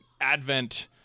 Advent